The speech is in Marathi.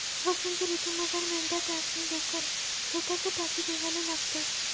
वसंत ऋतूमझार मेंढ्या त्यासनी लोकर सोताच टाकी देवाले लागतंस